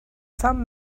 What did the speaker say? some